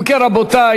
אם כן, רבותי,